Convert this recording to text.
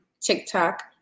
TikTok